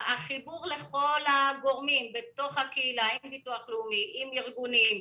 החיבור לכל הגורמים בקהילה, ביטוח לאומי, ארגונים,